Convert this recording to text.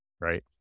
right